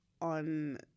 on